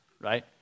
right